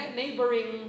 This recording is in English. neighboring